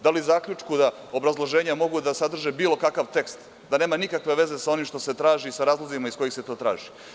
Da li zaključku da obrazloženja mogu da sadrže bilo kakav tekst, da nema nikakve veze sa onim što se traži sa razlozima iz kojih se to traži.